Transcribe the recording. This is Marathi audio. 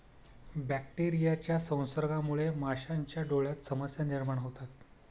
बॅक्टेरियाच्या संसर्गामुळे माशांच्या डोळ्यांत समस्या निर्माण होतात